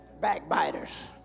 Backbiters